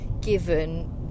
given